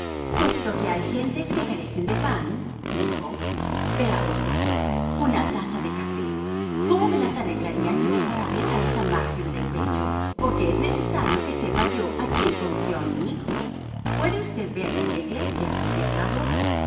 puesto que hay gentes que carecen de pan dijo veamos doctor una taza de café cómo me las arreglaría yo para ver a esa mártir del pecho porque es necesario que sepa yo a quién confío a mi hijo puede usted verla en la iglesia el día de la boda